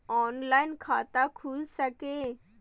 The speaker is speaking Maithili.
ऑनलाईन खाता खुल सके ये?